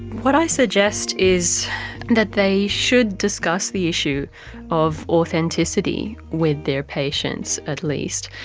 what i suggest is that they should discuss the issue of authenticity with their patients at least,